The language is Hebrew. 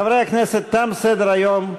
חברי הכנסת, תם סדר-היום.